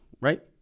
right